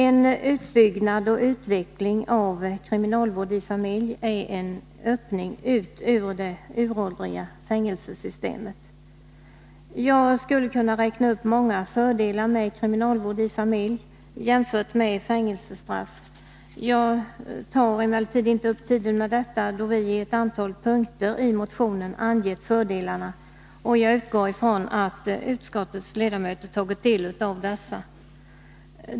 En utbyggnad och utveckling av kriminalvård i familj är en öppning ut ur det uråldriga fängelsesystemet. Jag skulle kunna räkna upp många fördelar med kriminalvård i familj, jämfört med fängelsestraff. Jag tar emellertid inte upp tiden med detta, då vi i ett antal punkter i motionen angett fördelarna och jag utgår ifrån att utskottets ledamöter tagit del av dessa.